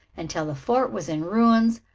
until the fort was in ruins,